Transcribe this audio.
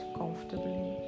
comfortably